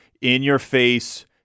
in-your-face